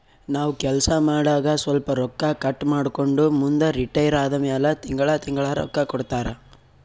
ನಾವ್ ಕೆಲ್ಸಾ ಮಾಡಾಗ ಸ್ವಲ್ಪ ರೊಕ್ಕಾ ಕಟ್ ಮಾಡ್ಕೊಂಡು ಮುಂದ ರಿಟೈರ್ ಆದಮ್ಯಾಲ ತಿಂಗಳಾ ತಿಂಗಳಾ ರೊಕ್ಕಾ ಕೊಡ್ತಾರ